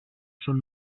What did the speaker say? són